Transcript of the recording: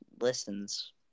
listens